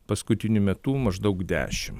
paskutiniu metu maždaug dešimt